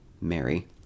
Mary